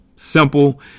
Simple